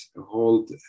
hold